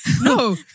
No